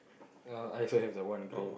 yeah I also have that one